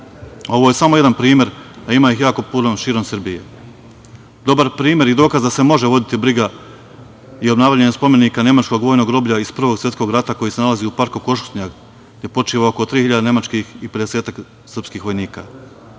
Ovo je samo jedan primer, a ima ih jako puno širom Srbije. Dobar primer i dokaz da se može voditi briga i obnavljanje spomenika Nemačkog vojnog groblja iz Prvog svetskog rata koji se nalazi u parku Košutnjak, gde počiva oko 3.000 nemačkih i pedesetak srpskih vojnika. To